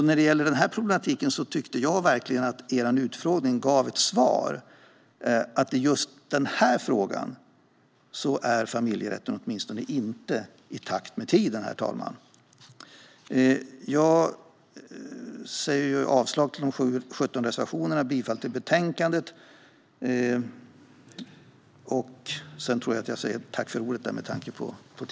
När det gäller den här problematiken tyckte jag verkligen att er utfrågning gav ett svar, nämligen att familjerätten åtminstone i den här frågan inte är i takt med tiden, herr talman. Jag yrkar avslag på de 17 reservationerna och bifall till förslaget i betänkandet.